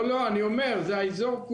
לא, לא, אני אומר, זה האזור כולו.